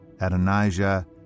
Adonijah